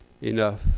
enough